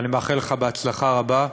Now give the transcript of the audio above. ואני מאחל לך הצלחה רבה.